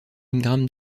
ingram